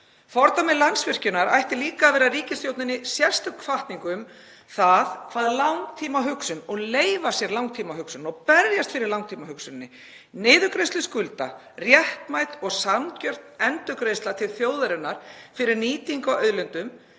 Fordæmi Landsvirkjunar ætti líka að vera ríkisstjórninni sérstök hvatning um langtímahugsun og að leyfa sér langtímahugsun og berjast fyrir langtímahugsunin. Niðurgreiðsla skulda, réttmæt og sanngjörn endurgreiðsla til þjóðarinnar fyrir nýtingu á auðlindum